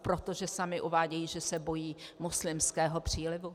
Protože sami uvádějí, že se bojí muslimského přílivu.